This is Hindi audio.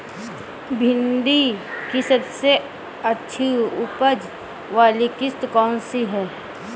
भिंडी की सबसे अच्छी उपज वाली किश्त कौन सी है?